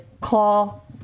call